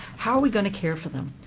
how are we going to care for them?